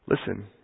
Listen